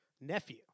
nephew